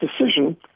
decision